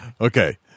Okay